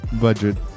budget